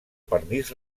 permís